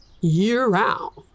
year-round